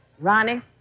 Ronnie